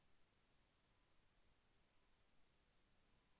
పిల్లల భవిష్యత్ కోసం ఏ భీమా మంచిది?